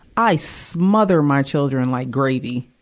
i smother my children like gravy.